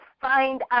find